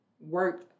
work